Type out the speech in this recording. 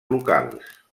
locals